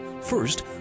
first